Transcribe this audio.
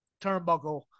turnbuckle